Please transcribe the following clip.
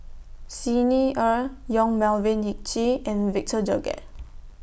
Xi Ni Er Yong Melvin Yik Chye and Victor Doggett